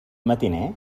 matiner